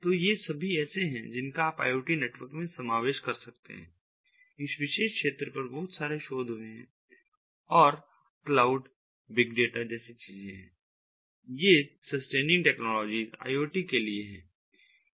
तो ये सभी ऐसे हैं जिनका आप IoT नेटवर्क में समावेश कर सकते हैं इस विशेष क्षेत्र पर बहुत सारे शोध हुए हैं और क्लाउड बिग डेटा जैसी चीजें ये सस्टेनिंग टेक्नोलॉजीज IoT के लिए हैं